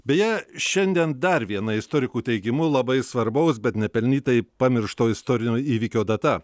beje šiandien dar viena istorikų teigimu labai svarbaus bet nepelnytai pamiršto istorinio įvykio data